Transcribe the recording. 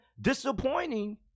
disappointing